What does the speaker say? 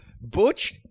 Butch